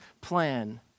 plan